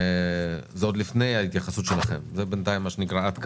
וזה עוד לפני ההתייחסות שלכם, זה מה שנקרא עד כאן.